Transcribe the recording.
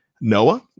Noah